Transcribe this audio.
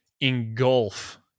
engulf